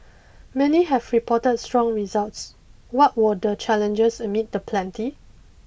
many have reported strong results what were the challenges amid the plenty